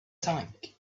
tank